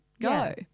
go